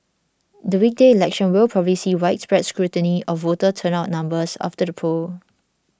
the weekday election will probably see widespread scrutiny of voter turnout numbers after the polls